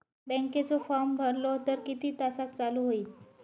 बँकेचो फार्म भरलो तर किती तासाक चालू होईत?